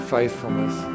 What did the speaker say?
faithfulness